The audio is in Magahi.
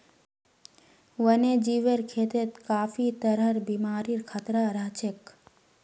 वन्यजीवेर खेतत काफी तरहर बीमारिर खतरा रह छेक